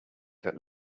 that